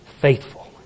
faithful